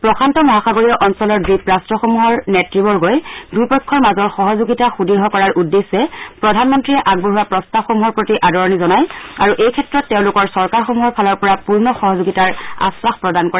প্ৰশান্ত মহাসাগৰীয় অঞ্চলৰ দ্বীপ ৰাষ্ট্ৰসমূহৰ নেতৃবৰ্গই দুই পক্ষৰ মাজৰ সহযোগিতা সুদ্ঢ় কৰাৰ উদ্দেশ্যে প্ৰধানমন্ত্ৰীয়ে আগবঢ়োৱা প্ৰস্তাৱসমূহৰ প্ৰতি আদৰণি জনাই আৰু এই ক্ষেত্ৰত তেওঁলোকৰ চৰকাৰসমূহৰ ফালৰ পৰা পূৰ্ণ সহযোগিতাৰ আখাস প্ৰদান কৰে